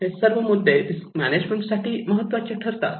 हे सर्व मुद्दे रिस्क मॅनेजमेंट साठी महत्त्वाचे ठरतात